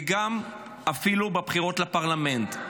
ואפילו בבחירות לפרלמנט.